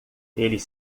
eles